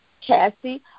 Cassie